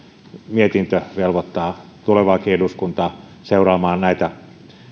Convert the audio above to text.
mietintö velvoittaa tulevaakin eduskuntaa seuraamaan näitä